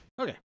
Okay